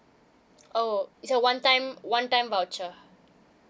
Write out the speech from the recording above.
oh it's a one time one time voucher